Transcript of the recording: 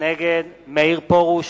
נגד מאיר פרוש,